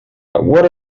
what